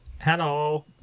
Hello